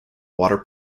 water